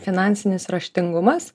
finansinis raštingumas